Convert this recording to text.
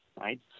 right